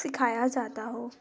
सिखाया जाता हो